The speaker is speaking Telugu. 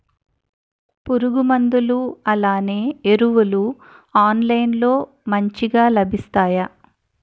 పురుగు మందులు అలానే ఎరువులు ఆన్లైన్ లో మంచిగా లభిస్తాయ?